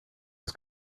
his